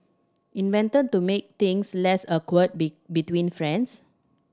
invented to make things less awkward be between friends